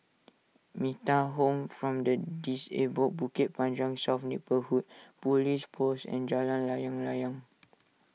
Metta Home form the Disabled Bukit Panjang South Neighbourhood Police Post and Jalan Layang Layang